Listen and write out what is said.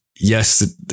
yes